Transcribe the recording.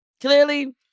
clearly